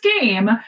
game